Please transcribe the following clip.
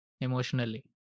emotionally